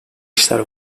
işler